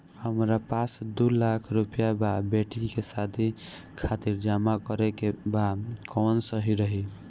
हमरा पास दू लाख रुपया बा बेटी के शादी खातिर जमा करे के बा कवन सही रही?